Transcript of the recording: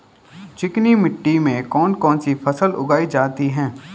चिकनी मिट्टी में कौन कौन सी फसल उगाई जाती है?